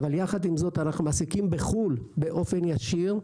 אבל יחד עם זאת אנחנו מעסיקים בחו"ל באופן ישיר,